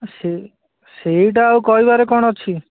ହଁ ସେଇ ସେଇଟା ଆଉ କହିବାରେ କ'ଣ ଅଛି